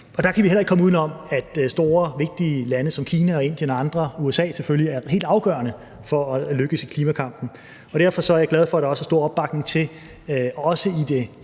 Og der kan vi heller ikke komme uden om, at store vigtige lande som Kina, Indien og andre og selvfølgelig USA er helt afgørende med hensyn til at lykkes i klimakampen. Derfor er jeg glad for, at der også er stor opbakning til – også i det